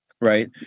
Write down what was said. Right